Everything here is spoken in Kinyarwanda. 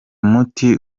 muti